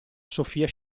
sofia